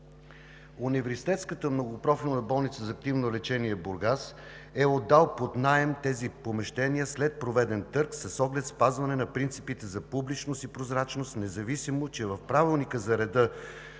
Университетската многопрофилна болница за активно лечение – Бургас, е отдала под наем тези помещения след проведен търг с оглед спазване на принципите за публичност и прозрачност, независимо че в Правилника за реда